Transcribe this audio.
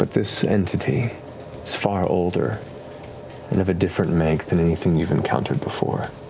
but this entity is far older and of a different make than anything you've encountered before.